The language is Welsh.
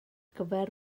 gyfer